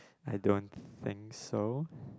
I don't think so